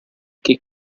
che